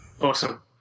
Awesome